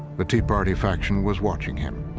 the tea party faction was watching him.